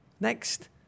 next